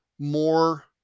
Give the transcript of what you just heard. more